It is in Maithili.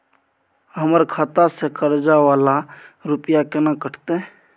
हमर खाता से कर्जा वाला रुपिया केना कटते?